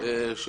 של